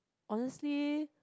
honestly